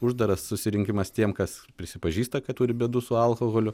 uždaras susirinkimas tiems kas prisipažįsta kad turi bėdų su alkoholiu